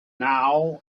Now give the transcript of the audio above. now